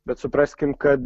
bet supraskim kad